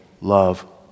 love